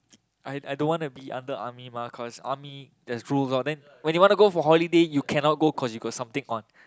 I I don't wanna be under army mah cause army there's rules loh then when you wanna go on holiday you cannot go cause there's something on